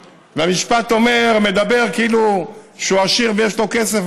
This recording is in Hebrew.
והמשפט אומר כאילו: הוא עשיר ויש לו כסף,